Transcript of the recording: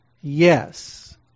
Yes